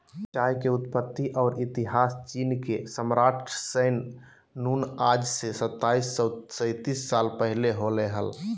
चाय के उत्पत्ति और इतिहासचीनके सम्राटशैन नुंगआज से सताइस सौ सेतीस साल पहले होलय हल